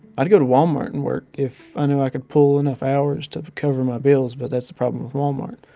i'd go to walmart and work if i knew i could pull enough hours to cover my bills. but that's the problem with walmart.